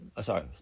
Sorry